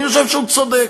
אני חושב שהוא צודק.